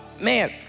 Man